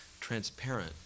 transparent